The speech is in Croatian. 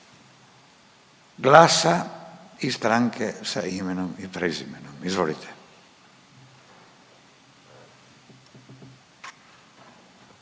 Glasa i Stranke s imenom i prezimenom. Izvolite.